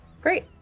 great